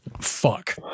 Fuck